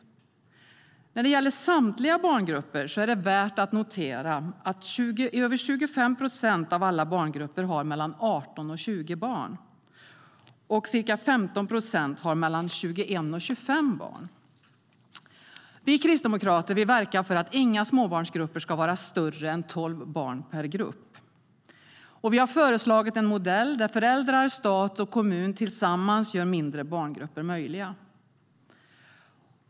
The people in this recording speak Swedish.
När det gäller samtliga barngrupper är det värt att notera att över 25 procent av alla barngrupper har mellan 18 och 20 barn och ca 15 procent har mellan 21 och 25 barn. Vi kristdemokrater vill verka för att inga småbarnsgrupper ska ha fler än tolv barn. Vi har föreslagit en modell där föräldrar, stat och kommun tillsammans gör mindre barngrupper möjliga.